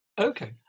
okay